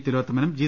തിലോത്തമനും G